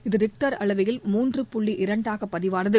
இது ரிக்டர் அளவையில் மூன்று புள்ளி இரண்டாகப் பதிவானது